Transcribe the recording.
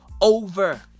over